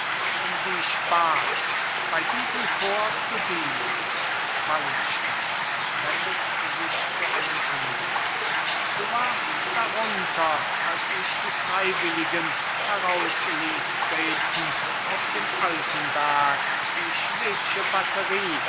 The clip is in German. um die ich bat bei diesem korps zu dienen wallenstein wendet sich zu einem andern du warst darunter als ich die freiwilligen heraus ließ treten auf dem altenberg die schwedsche batterie